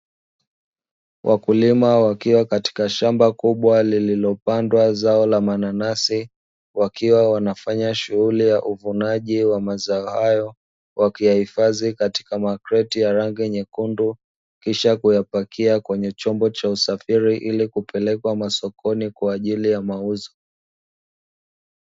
Wakulima wakiwa katika shamba kubwa liliopandwa zao la mananasi, wakiwa wanafanya shughulli ya uvunaji wa mazao hayo, wakiyahifadhi katika makreti ya rangi nyekundu, kisha kuyapakia kwenye chombo cha usafiri ili kupekeleka masokoni kwa ajili ya mauzo.